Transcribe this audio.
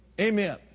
Amen